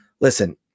listen